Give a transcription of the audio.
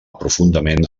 profundament